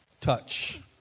touch